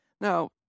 Now